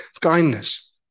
kindness